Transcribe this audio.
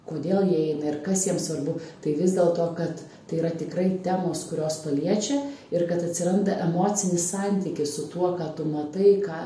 kodėl jie eina ir kas jiem svarbu tai vis dėlto kad tai yra tikrai temos kurios paliečia ir kad atsiranda emocinis santykis su tuo ką tu matai ką